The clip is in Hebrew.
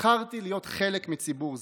בחרתי להיות חלק מציבור זה,